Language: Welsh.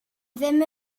ddim